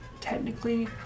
technically